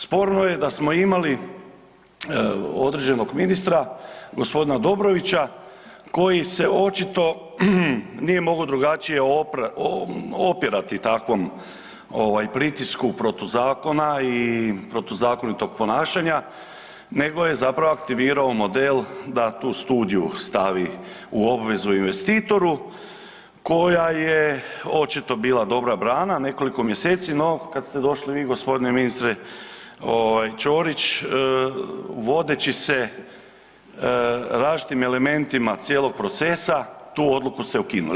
Sporno je da smo imali određenog ministra g. Dobrovića koji se očito nije mogao drugačije opirati takvom ovaj pritisku protuzakona i protuzakonitog ponašanja nego je zapravo aktivirao model da tu studiju stavi u obvezu investitoru koja je očito bila dobra brana nekoliko mjeseci, no kad ste došli vi g. ministre ovaj Ćorić vodeći se različitim elementima cijelog procesa, tu odluku ste ukinuli.